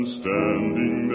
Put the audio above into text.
standing